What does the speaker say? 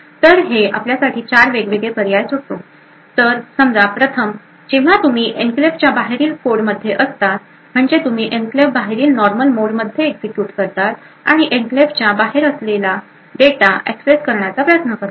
तर हे आपल्यासाठी चार वेगवेगळे पर्याय सोडते तर समजा प्रथम जेव्हा तुम्ही एन्क्लेव्हच्या बाहेरील कोडमध्ये असता म्हणजे तुम्ही एन्क्लेव बाहेरील नॉर्मल मोडमध्ये एक्झिक्युट करतात आणि एन्क्लेव्हच्या बाहेर असलेल्या डेटा एक्सेस करण्याचा प्रयत्न करतात